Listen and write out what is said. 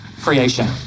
creation